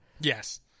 Yes